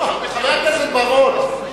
חבר הכנסת בר-און,